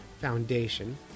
Foundation